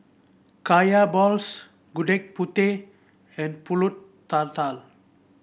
Kaya Balls Gudeg Putih and pulut tatal